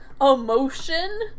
emotion